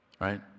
Right